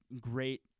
great